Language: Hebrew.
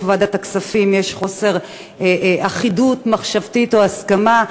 ועדת הכספים חוסר אחידות מחשבתית או הסכמה.